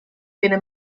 viene